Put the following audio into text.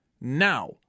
Now